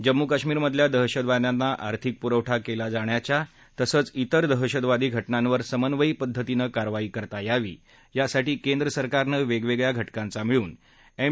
जम्मू काश्मीरमधल्या दहशतवाद्यांना आर्थिक पुरवठा केल्या जाण्याच्या तसंच तिर दहशतवादी घ जिांवर समन्वयी पद्धतीनं कारवाई करता यावी यासाठी केंद्र सरकारनं वेगवेगळ्या घ कांचा मिळून एम